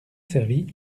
servi